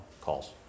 calls